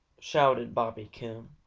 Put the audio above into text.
shouted bobby coon.